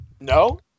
No